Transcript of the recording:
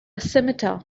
scimitar